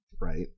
Right